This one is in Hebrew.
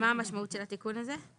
מה המשמעות של התיקון הזה?